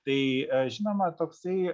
tai žinoma toksai